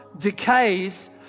decays